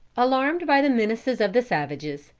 alarmed by the menaces of the savages,